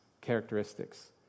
characteristics